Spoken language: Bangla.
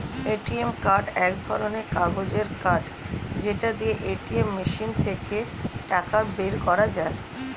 এ.টি.এম কার্ড এক ধরণের কাগজের কার্ড যেটা দিয়ে এটিএম মেশিন থেকে টাকা বের করা যায়